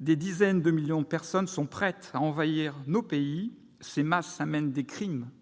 «Des dizaines de millions de personnes sont prêtes à envahir nos pays, ces masses amènent des crimes et